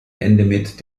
endemit